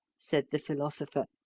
said the philosopher.